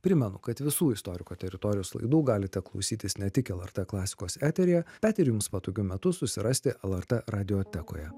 primenu kad visų istoriko teritorijos laidų galite klausytis ne tik lrt klasikos eteryje bet ir jums patogiu metu susirasti lrt radiotekoje